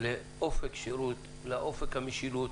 לאופק שירות, לאופק המשילות.